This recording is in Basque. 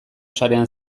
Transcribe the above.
sarean